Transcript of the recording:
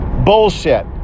Bullshit